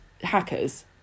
hackers